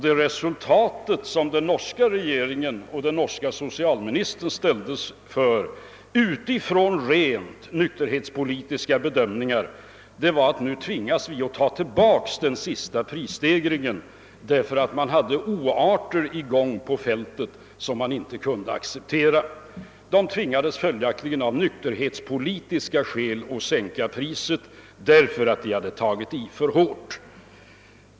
Det faktum som den norska regeringen och den norske socialministern ställdes inför — utifrån rent nykterhetspolitiska bedömningar — var att de tvingades ta tillbaka den sista prisstegringen, ty det förekom oarter som man inte kunde acceptera. Man tvingades följaktligen av nykterhetspolitiska skäl att sänka priset, därför att man hade tagit i för hårt.